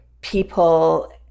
people